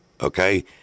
Okay